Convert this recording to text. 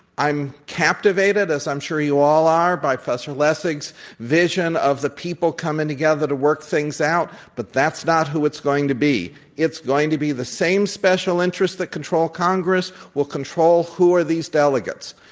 i'm captivated as i'm sure you all are by professor lessig's vision of the people coming together to work things out, but that's not who it's going to be. it's going to be the same special interests that control congress will control who are these delegates.